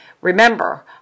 Remember